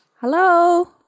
Hello